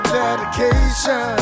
dedication